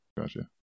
gotcha